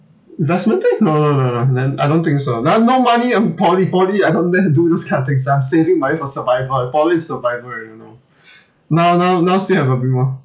investment thing no no no no man I don't think so now no money in poly poly I don't dare to do those kind of things I'm saving money for survival poly is survival you know now now now still have a bit more